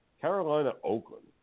Carolina-Oakland